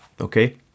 okay